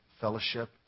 Fellowship